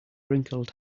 wrinkled